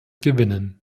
gewinnen